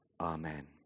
amen